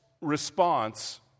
response